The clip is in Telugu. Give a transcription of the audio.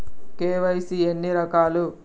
కే.వై.సీ ఎన్ని రకాలు?